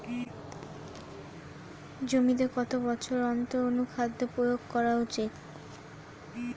জমিতে কত বছর অন্তর অনুখাদ্য প্রয়োগ করা উচিৎ?